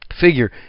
figure